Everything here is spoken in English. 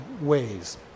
ways